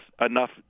enough